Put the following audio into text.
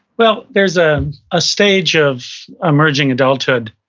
well, there's a ah stage of emerging adulthood,